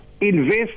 invest